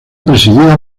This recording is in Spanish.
presidida